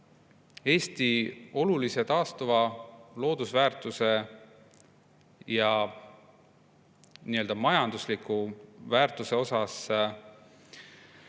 Eesti olulise taastuva loodusväärtuse ja nii-öelda majandusliku väärtuse